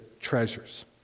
treasures